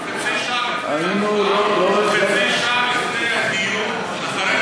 אתה יכול להסביר לי